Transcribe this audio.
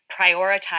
prioritize